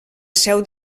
seu